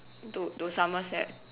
to to somerset